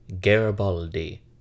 Garibaldi